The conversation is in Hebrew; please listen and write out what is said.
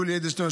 ליולי אדלשטיין,